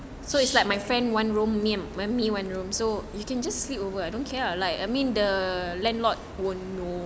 sure